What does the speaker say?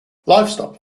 livestock